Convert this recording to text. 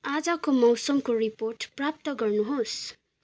आजको मौसमको रिपोर्ट प्राप्त गर्नुहोस्